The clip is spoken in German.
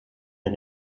den